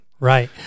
Right